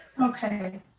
Okay